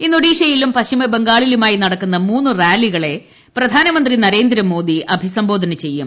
ഇന്ന് ഒഡീഷയിലും പശ്ചിമ ബംഗാളിലുമായി നടക്കുന്ന മൂന്നു റാലികളെ പ്രധാനമന്ത്രി നരേന്ദ്രമോദി അഭിസംബോധന ചെയ്യും